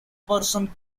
person